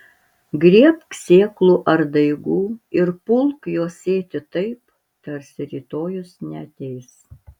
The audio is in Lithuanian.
griebk sėklų ar daigų ir pulk juos sėti taip tarsi rytojus neateis